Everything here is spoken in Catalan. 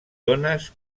dones